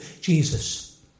Jesus